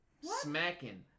Smacking